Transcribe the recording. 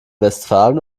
westfalen